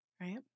right